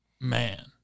Man